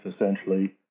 essentially